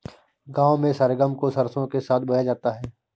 गांव में सरगम को सरसों के साथ बोया जाता है